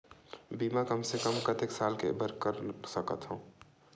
बीमा कम से कम कतेक साल के बर कर सकत हव?